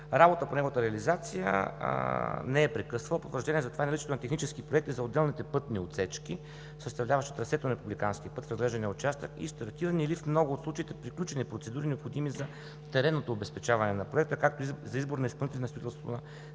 Работата по неговата реализация не е прекъсвала. Потвърждение за това е наличието на технически проекти за отделните пътни отсечки, съставляващи трасето на републиканския път в разглеждания участък и стартирани или в много от случаите приключили процедури, необходими за теренното обезпечаване на Проекта, както и за избор на изпълнители на строителството на